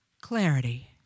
clarity